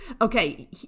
Okay